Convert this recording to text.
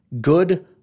Good